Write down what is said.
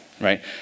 right